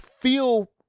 feel